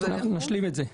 לדיון הבא נשלים את זה.